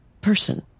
person